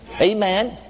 Amen